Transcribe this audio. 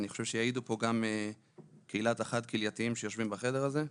אני חושב שיעידו פה גם קהילת החד-כלייתיים שיושבים בחדר הזה.